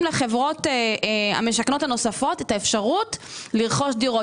לחברות המשכנות הנוספות את האפשרות לרכוש דירות.